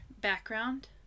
background